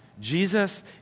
Jesus